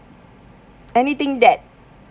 anything that